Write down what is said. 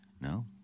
No